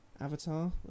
Avatar